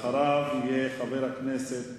אחריו יהיה חבר הכנסת